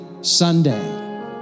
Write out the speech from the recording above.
Sunday